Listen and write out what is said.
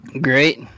Great